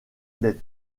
des